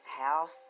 house